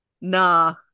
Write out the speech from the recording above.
nah